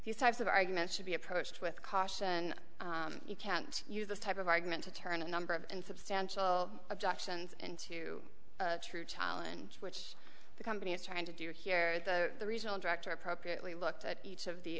these types of arguments should be approached with caution you can't use this type of argument to turn a number of insubstantial objections into true challenge which the company is trying to do here the reason director appropriately looked at each of the